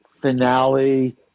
finale